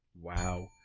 Wow